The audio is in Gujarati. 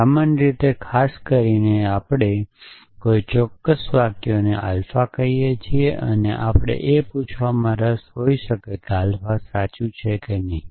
સામાન્ય રીતે ખાસ કરીને આપણે કોઈ ચોક્કસ વાક્યોને આલ્ફા કહીયે છીએ અને આપણને એ પૂછવામાં રસ હોઈ શકે છે કે આલ્ફા સાચું છે કે નહીં